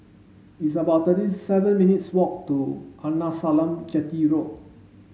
it's about thirty seven minutes' walk to Arnasalam Chetty Road